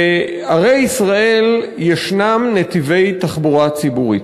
בערי ישראל יש נתיבי תחבורה ציבורית.